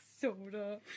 soda